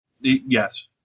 Yes